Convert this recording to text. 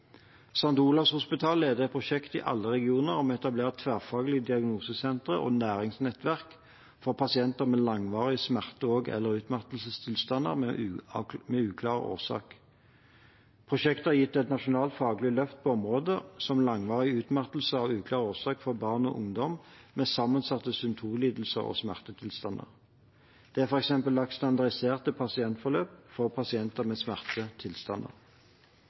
Olavs hospital leder et prosjekt i alle regioner om å etablere tverrfaglige diagnosesentre og læringsnettverk for pasienter med langvarige smerte- og/eller utmattelsestilstander med uklar årsak. Prosjektet har gitt et nasjonalt faglig løft på områder som langvarig utmattelse av uklar årsak for barn og ungdom med sammensatte symptomlidelser og smertetilstander. Det er f.eks. laget standardiserte pasientforløp for pasienter med